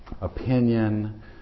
opinion